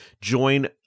Join